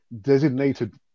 designated